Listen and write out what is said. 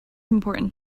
important